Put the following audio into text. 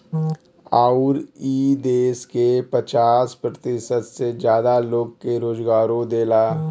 अउर ई देस के पचास प्रतिशत से जादा लोग के रोजगारो देला